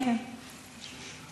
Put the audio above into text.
כן, כן.